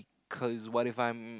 cause what if I'm